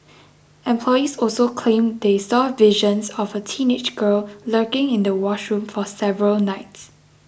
employees also claimed they saw visions of a teenage girl lurking in the washroom for several nights